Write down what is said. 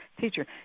teacher